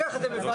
זה קצת רחוק.